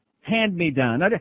Hand-me-down